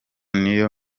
niyo